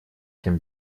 всем